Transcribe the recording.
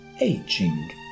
aging